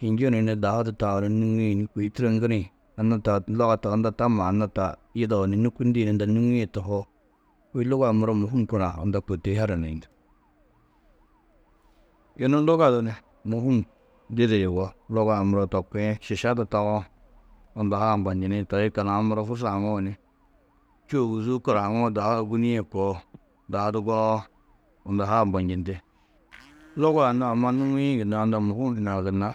Hinjunu ni dahu du tau ni nûŋiĩ ni kôi turo ŋgirĩ, anna taa luga to unda tamma anna yidao ni nûkundiĩ ni unda nûŋie tohoo, kôi luga-ã muro mûhum korã unda kôi to hi haraniĩ. Yunu luga du ni mûhum didi yugó, luga-ã muro to kuĩ, šiša du tawo, unda ha ambanjini, toi yikallu, aũ muro fursa haŋuũ ni čû, ôguzuu kora haŋuwo dahu du gûnie koo, dahu du gunuwo, unda ha ambanjindi. Luga-ã nû amma nûŋiĩ gunna, unda mûhum hunã gunna